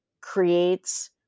creates